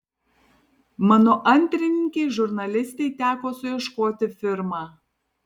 mano antrininkei žurnalistei teko suieškoti firmą